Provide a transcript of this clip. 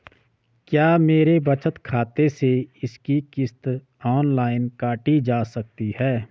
क्या मेरे बचत खाते से इसकी किश्त ऑनलाइन काटी जा सकती है?